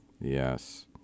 yes